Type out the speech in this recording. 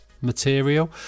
material